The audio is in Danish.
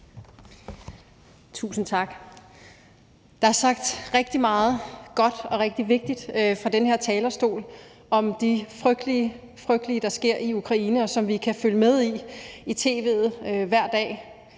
Tusind tak. Der er sagt rigtig meget godt og rigtig vigtigt fra den her talerstol om det frygtelige, frygtelige, der sker i Ukraine, som vi kan følge med i i tv hver dag.